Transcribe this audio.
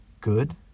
good